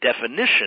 definition